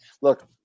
look